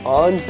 on